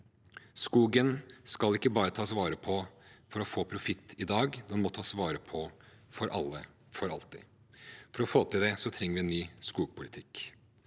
Skogen skal ikke bare tas vare på for å få profitt i dag, den må tas vare på for alle, for alltid. For å få til det trenger vi en ny skogpolitikk.